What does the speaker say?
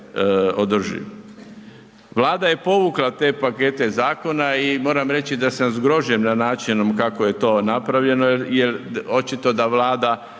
Vlada je povukla te pakete zakona i moram reći da sam zgrožen načinom kako je to napravljeno jer očito da Vlada